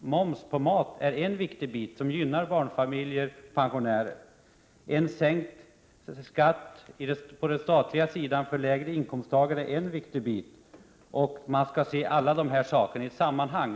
moms på mat är en annan viktig bit, som gynnar barnfamiljer och pensionärer. Sänkt skatt på den statliga sidan för låginkomsttagare är också en viktig bit. Man skall se alla de här sakerna i ett sammanhang.